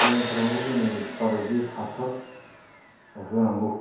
जायनि खार'नाव जोङो जाबायदि हासार होनांगौ